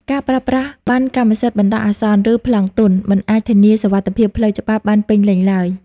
ការប្រើប្រាស់ប័ណ្ណកម្មសិទ្ធិបណ្ដោះអាសន្ន ឬ "ប្លង់ទន់" មិនអាចធានាសុវត្ថិភាពផ្លូវច្បាប់បានពេញលេញឡើយ។